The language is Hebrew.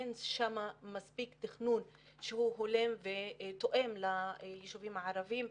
אין שם מספיק תכנון שהוא הולם ותואם ליישובים הערבים.